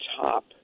top